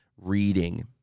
reading